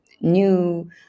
new